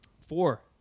Four